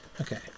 Okay